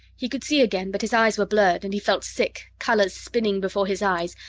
he could see again, but his eyes were blurred, and he felt sick, colors spinning before his eyes,